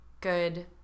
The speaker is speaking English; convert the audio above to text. good